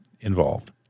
involved